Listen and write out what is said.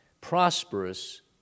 prosperous